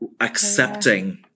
accepting